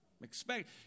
Expect